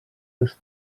els